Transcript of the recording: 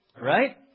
right